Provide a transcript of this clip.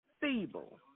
Feeble